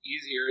easier